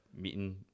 meeting